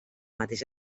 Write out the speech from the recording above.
mateix